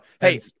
hey